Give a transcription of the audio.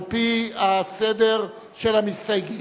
על-פי הסדר של המסתייגים.